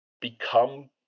become